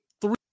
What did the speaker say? three